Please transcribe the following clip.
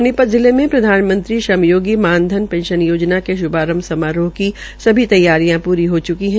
सोनीपत जिले में प्रधानमंत्री श्रम योगी मान धन पेंशन योजना के श्भारंभ समारोह की सभी तैयारियां पूरी हो च्की है